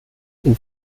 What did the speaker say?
ihn